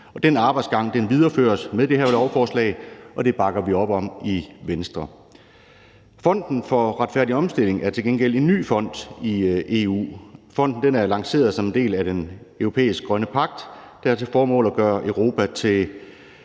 Den arbejdsgang videreføres med det her lovforslag, og det bakker vi op om i Venstre. Fonden for Retfærdig Omstilling er til gengæld en ny fond i EU. Fonden er lanceret som en del af den europæiske grønne pagt, der har til fordel at gøre Europa til